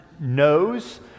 knows